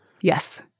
Yes